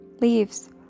leaves